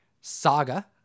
Saga